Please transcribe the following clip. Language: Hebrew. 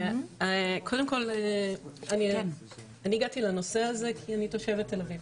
קודם כל אני הגעתי לנושא הזה כי אני תושבת תל-אביב,